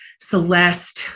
Celeste